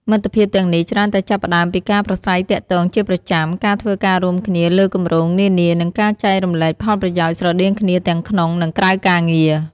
មិត្តភាពទាំងនេះច្រើនតែចាប់ផ្ដើមពីការប្រាស្រ័យទាក់ទងជាប្រចាំ ការធ្វើការរួមគ្នាលើគម្រោងនានា និងការចែករំលែកផលប្រយោជន៍ស្រដៀងគ្នាទាំងក្នុង ឬក្រៅការងារ។